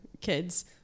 kids